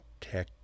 tech